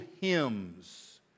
hymns